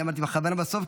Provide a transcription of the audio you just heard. אני אמרתי בכוונה בסוף,